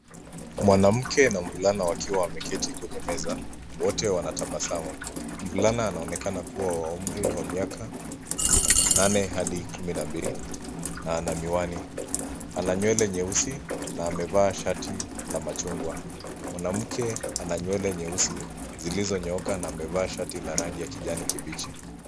Mwanamke na mvulana wakiwa wameketi kwenye meza, wote wanatabasamu. Mvulana anaonekana kuwa wa umri wa miaka nane hadi kumi na mbili na ana miwani. Ana nywele nyeusi na amevaa shati la machungwa. Mwanamke ana nywele nyeusi zilizonyooka na amevaa shati la rangi ya kijani kibichi.